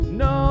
no